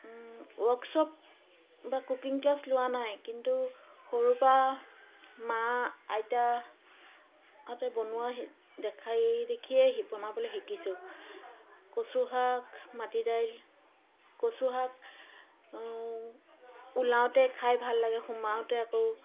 workshop বা cooking class লোৱা নাই কিন্তু সৰুপৰা মা আইতাহঁতে বনোৱা দেখাই দেখিয়ে বনাবলৈ শিকিছোঁ কচুশাক মাটিদাইল কচুশাক ওলাওঁতে খাই ভাল লাগে সোমাওতে আকৌ